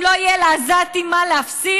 אם לא יהיה לעזתים מה להפסיד,